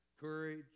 courage